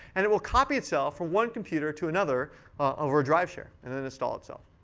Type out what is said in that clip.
and it will copy itself from one computer to another over a driveshare, and then install itself.